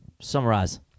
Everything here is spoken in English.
Summarize